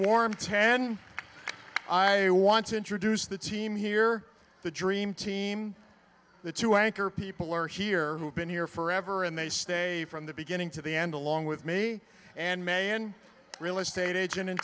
swarm ten i want to introduce the team here the dream team the two anchor people are here who've been here forever and they stay from the beginning to the end along with me and man real estate agent in